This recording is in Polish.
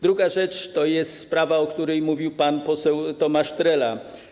Druga rzecz to jest sprawa, o której mówił pan poseł Tomasz Trela.